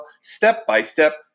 step-by-step